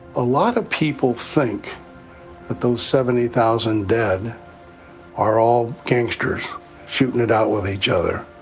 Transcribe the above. a lot of people think that those seventy thousand dead are all gangsters shootin' it out with each other.